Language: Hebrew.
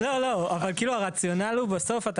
הרציונל הוא בסוף,